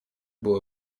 było